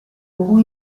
può